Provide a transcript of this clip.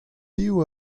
piv